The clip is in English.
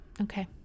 Okay